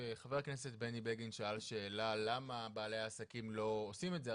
חבר הכנסת בני בגין שאל שאלה למה בעלי העסקים לא עושים את זה,